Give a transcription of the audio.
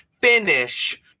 Finish